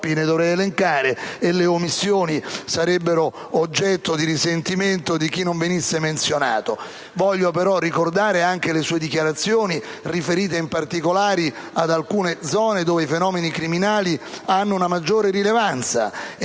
ne dovrei elencare, e le omissioni sarebbero oggetto di risentimento da parte di chi non venisse menzionato. Voglio però ricordare le sue dichiarazioni riferite in particolare ad alcune zone dove i fenomeni criminali hanno una maggiore rilevanza